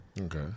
Okay